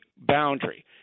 boundary